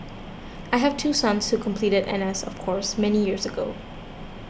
I have two sons who completed N S of course many many years ago